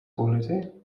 quality